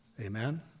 Amen